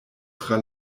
tra